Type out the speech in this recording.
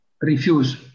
refuse